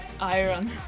Iron